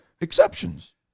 exceptions